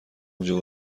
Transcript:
اونجا